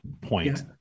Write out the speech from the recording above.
point